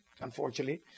unfortunately